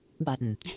Button